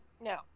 No